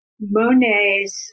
Monet's